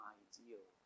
ideal